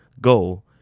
go